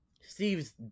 steve's